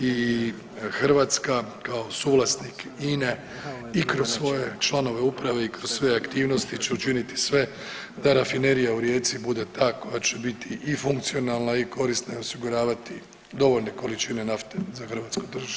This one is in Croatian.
I Hrvatska kao suvlasnik INA-e i kroz svoje članove uprave i kroz sve aktivnosti će učiniti sve da rafinerija u Rijeci bude ta koja će biti i funkcionalna i korisna osiguravati dovoljne količine nafte za hrvatsko tržište.